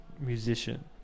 musician